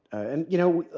and, you know,